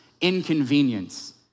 inconvenience